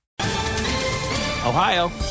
Ohio